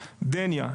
דניה,